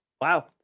Wow